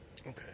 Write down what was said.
Okay